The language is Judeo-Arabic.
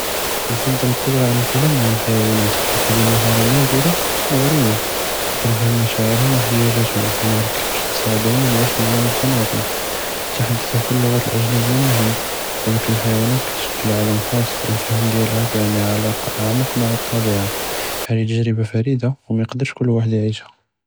כנפצ׳ל אלקודרה עלא אלכּלאם מע אלחיוואנות חית הזי אלעמרה נדירה ו גריבה, נקדאר נפהם משاعرهم ו אחהתאג׳תهم ו נערף כיפאש נסתעדם ו נعيش מעאיהם בתנאחום, אלתחדות בכול אלאלוגאת אלאגנביה מֻהם ו אבלאכן אלחיוואנות כתשכּל עולם ח׳اص ו אלפיהם דיאלהא כיעני אלאעלקה אעמק מע אלטביאה, הזי ת׳ג׳רבה פרידה ו מיכדרש כל ואחד נعيشה.